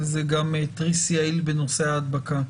זה גם תריס יעיל בנושא ההדבקה?